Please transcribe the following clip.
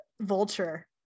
vulture